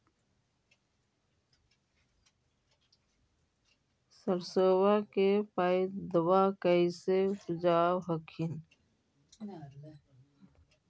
सरसोबा के पायदबा कैसे उपजाब हखिन?